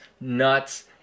nuts